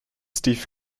steve